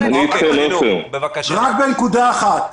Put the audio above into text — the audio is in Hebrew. רק על נקודה אחת.